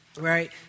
Right